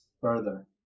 further